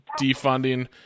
defunding